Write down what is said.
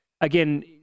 again